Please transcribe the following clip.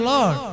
Lord